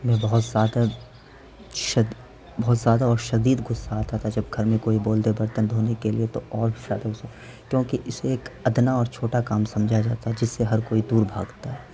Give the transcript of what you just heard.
میں بہت زیادہ شد بہت زیادہ اور شیدید غصہ آتا تھا جب گھر میں کوئی بول دے برتن دھونے کے لیے تو اور زیادہ غصہ کیوں کہ اسے ایک ادنیٰ اور چھوٹا کام سمجھا جاتا جس سے ہر کوئی دور بھاگتا ہے